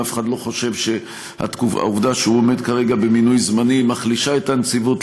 ואף אחד לא חושב שהעובדה שהוא עומד כרגע במינוי זמני מחלישה את הנציבות.